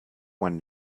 one